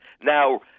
now